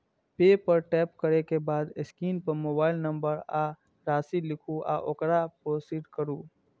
पे पर टैप करै के बाद स्क्रीन पर मोबाइल नंबर आ राशि लिखू आ ओकरा प्रोसीड करू